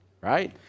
right